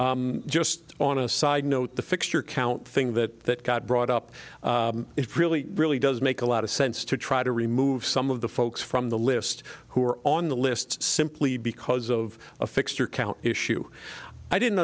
residents just on a side note the fixture count thing that got brought up is really really does make a lot of sense to try to remove some of the folks from the list who are on the list simply because of a fixture count issue i didn't